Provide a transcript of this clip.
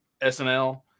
SNL